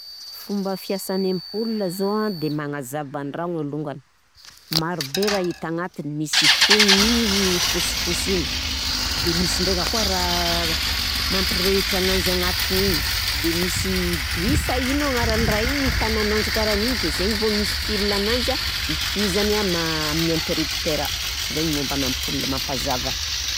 Fomba fiasan'ny ampola zao an de magnazava andragno alongany, maro be raha hita agnatiny misy fognon'igny izy misy fosifosy igny, de misy ndraika koa raha mampirehitra ananjy agnatiny igny de misy douille sa ino agnaran'ny raha igny mitana ananjy karahan'igny de zay vô misy fil ananjy an itohizany an man- amin'ny intérrupteura, zaigny momba an'ampoly mampazava.